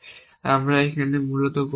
আমরা এখানে মূলত করতে পারি